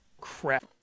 crap